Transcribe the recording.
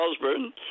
Osborne